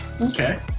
okay